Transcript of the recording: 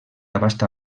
abasta